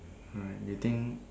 alright do you think